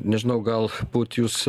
nežinau gal būt jūs